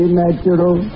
natural